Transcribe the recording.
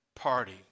party